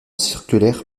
circulaire